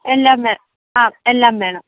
എല്ലാം ആ എല്ലാം വേണം